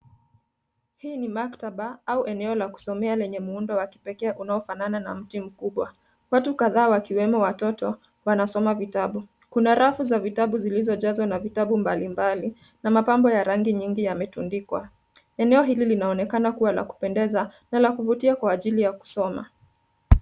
Hii ni maktaba au eneo la kusomea lenye muundo wa kipekee unaofanana na mti mkubwa. Watu kadhaa wakiwemo watoto wanasoma vitabu. Kuna rafu za vitabu zilizojazwa na vitabu mbalimbali na mapambo ya rangi nyingi imetundikwa . Eneo hili linaonekana kuwa la kupendeza na la kuvutia kwa ajili ya kusoma.